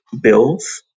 bills